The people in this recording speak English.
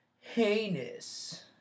heinous